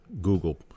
Google